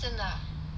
真的啊